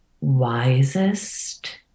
wisest